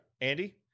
Andy